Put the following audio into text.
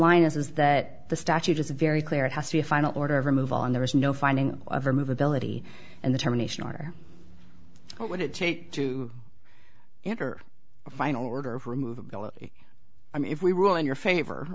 line is is that the statute is very clear it has to be a final order every move on there is no finding of a movability and the termination order what would it take to enter a final order of remove ability i mean if we rule in your favor